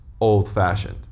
old-fashioned